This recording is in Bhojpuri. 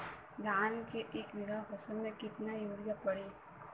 धान के एक बिघा फसल मे कितना यूरिया पड़ी?